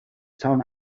sun